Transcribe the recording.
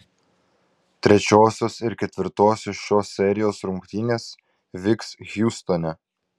trečiosios ir ketvirtosios šios serijos rungtynės vyks hjustone